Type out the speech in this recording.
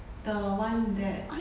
the one that